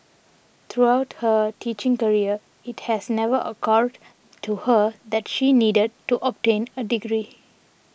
throughout her teaching career it has never occurred to her that she needed to obtain a degree